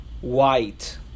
white